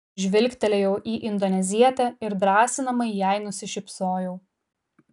žvilgtelėjau į indonezietę ir drąsinamai jai nusišypsojau